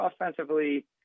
offensively